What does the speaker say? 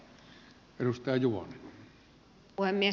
arvoisa puhemies